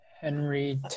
Henry